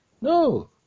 No